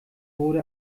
wurde